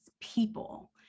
people